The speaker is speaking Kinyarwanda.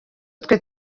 twe